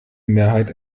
mehrheit